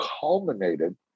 culminated